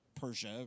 Persia